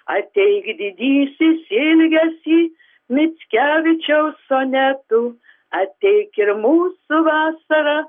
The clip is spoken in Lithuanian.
ateik didysis ilgesy mickevičiaus sonetų ateik ir mūsų vasara